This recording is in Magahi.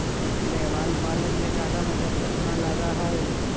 शैवाल पालन में जादा मशक्कत ना लगा हई